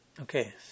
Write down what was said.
Okay